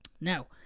Now